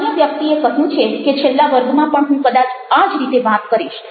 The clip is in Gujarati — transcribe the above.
અન્ય વ્યક્તિ એ કહ્યું છે કે છેલ્લા વર્ગમાં પણ હું કદાચ આ જ રીતે વાત કરીશ